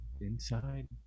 Inside